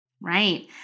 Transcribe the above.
Right